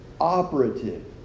operative